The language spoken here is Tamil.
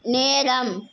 நேரம்